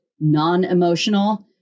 non-emotional